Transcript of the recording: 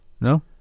No